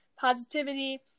positivity